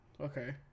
Okay